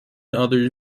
other